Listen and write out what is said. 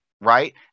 right